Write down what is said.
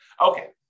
Okay